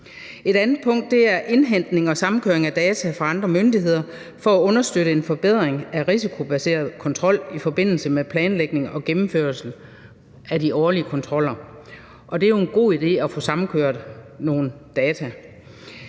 Et andet punkt er indhentning og samkøring af data fra andre myndigheder for at understøtte en forbedring af den risikobaserede kontrol i forbindelse med planlægning og gennemførelse af de årlige kontroller, og det er jo en god idé at få samkørt nogle